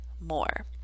more